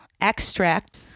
extract